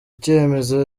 cyemezo